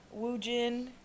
Woojin